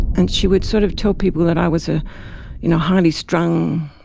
and she would sort of tell people that i was a you know highly-strung,